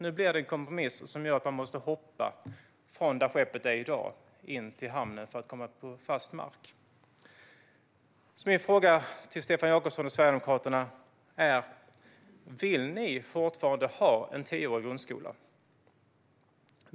Nu blir det en kompromiss som gör att man måste hoppa från skeppet in till hamn för att komma på fast mark. Vill Stefan Jakobsson och Sverigedemokraterna fortfarande ha en tioårig grundskola?